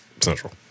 Central